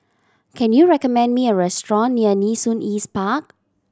can you recommend me a restaurant near Nee Soon East Park